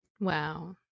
Wow